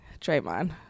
Draymond